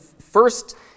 first